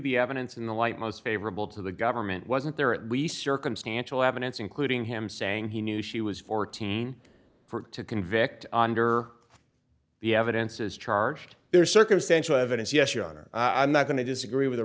the evidence in the light most favorable to the government wasn't there at least circumstantial evidence including him saying he knew she was fourteen for to convict under the evidence as charged there's circumstantial evidence yes your honor i'm not going to disagree with